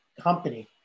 company